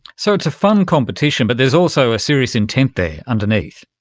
so it's a fun competition but there is also a serious intent there underneath.